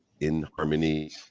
InHarmony